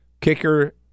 kicker